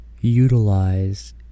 utilize